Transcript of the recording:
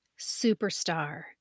Superstar